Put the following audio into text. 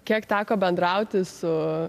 kiek teko bendrauti su